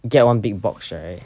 get one big box right